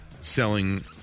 selling